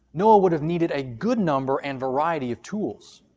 noah would have needed a good number and variety of tools.